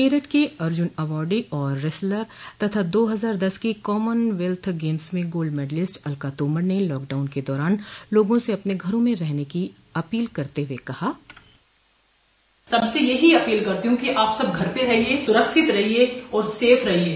मेरठ की अर्जुन अवार्डी और रेसलर तथा दो हजार दस की कॅामनवेल्थ गेम्स में गोल्ड मेडलिस्ट लॉकडाउन के दौरान लोगों से अपने घरों में रहने की अपील करते हुए कहा बाइट सबसे यही अपील करती हूँ कि आप सब घर पर रहिये सुरक्षित रहिये और सेफ रहिये